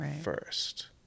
first